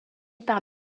part